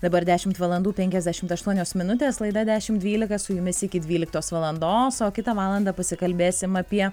dabar dešimt valandų penkiasdešimt aštuonios minutės laida dešimt dvylika su jumis iki dvyliktos valandos o kitą valandą pasikalbėsim apie